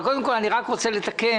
קודם כול אני רק רוצה לתקן.